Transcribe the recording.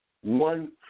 One